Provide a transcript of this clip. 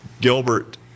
Gilbert